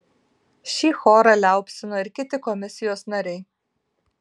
šį chorą liaupsino ir kiti komisijos nariai